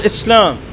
Islam